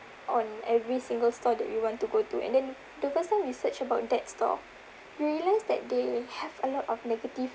on every single store that we want to go to and then the first time we search about that store we realise that they have a lot of negative